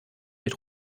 mit